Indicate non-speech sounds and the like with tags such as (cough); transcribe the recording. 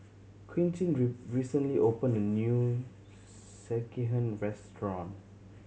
Quintin (unintelligible) recently opened a new Sekihan restaurant